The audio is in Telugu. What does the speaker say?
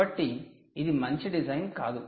కాబట్టి ఇది మంచి డిజైన్ కాదు